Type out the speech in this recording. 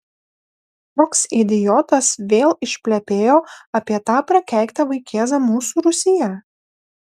koks idiotas vėl išplepėjo apie tą prakeiktą vaikėzą mūsų rūsyje